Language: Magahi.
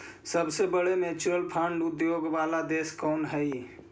सबसे बड़े म्यूचुअल फंड उद्योग वाला देश कौन हई